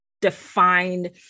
defined